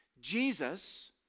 Jesus